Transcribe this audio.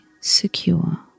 secure